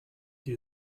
you